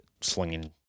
slinging